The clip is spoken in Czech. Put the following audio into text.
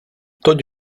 toť